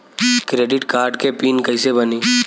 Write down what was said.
Credit card के PIN कैसे बनी?